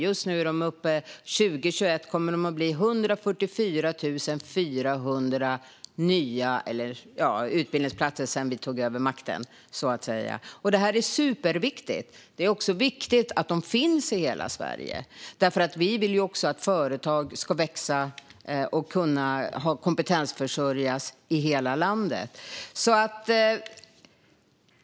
Nästa år är vi uppe i 144 400 platser sedan vi tog över makten. Detta är superviktigt, och det är också viktigt att de finns i hela Sverige. Vi vill ju att företag ska kunna växa och kompetensförsörjas i hela landet.